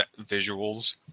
visuals